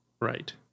Right